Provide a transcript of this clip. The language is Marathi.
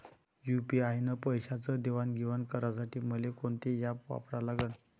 यू.पी.आय न पैशाचं देणंघेणं करासाठी मले कोनते ॲप वापरा लागन?